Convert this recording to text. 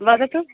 वदतु